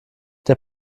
der